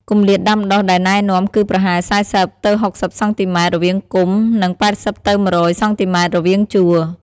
គម្លាតដាំដុះដែលណែនាំគឺប្រហែល ៤០ ទៅ ៦០ សង់ទីម៉ែត្រ រវាងគុម្ព និង ៨០ ទៅ ១០០ សង់ទីម៉ែត្រ រវាងជួរ។